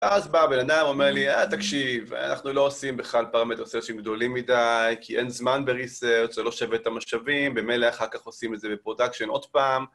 אז בא בן אדם ואומר לי, אה תקשיב, אנחנו לא עושים בכלל parameter search גדולים מדי, כי אין זמן ב-research זה לא שווה את המשאבים, במילא אחר כך עושים את זה בפרודקשן עוד פעם.